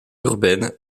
urbaine